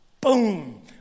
boom